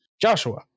Joshua